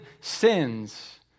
sins